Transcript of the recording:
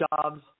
jobs